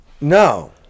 No